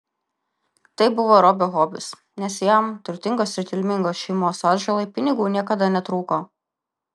tai buvo robio hobis nes jam turtingos ir kilmingos šeimos atžalai pinigų niekada netrūko